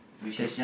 stage